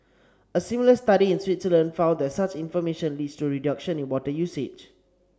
a similar study in Switzerland found that such information leads to reduction in water usage